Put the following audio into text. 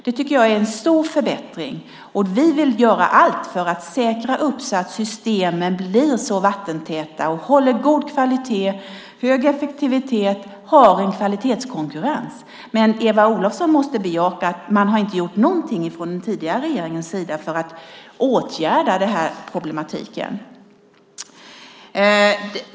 Det tycker jag är en stor förbättring. Vi vill göra allt för att säkra att systemen blir vattentäta, håller god kvalitet och har hög effektivitet och kvalitetskonkurrens. Men Eva Olofsson måste medge att man inte har gjort någonting från den tidigare regeringens sida för att åtgärda problematiken.